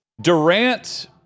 Durant